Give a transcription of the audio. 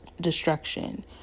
destruction